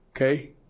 Okay